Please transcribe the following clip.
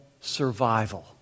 survival